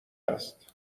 است